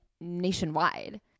nationwide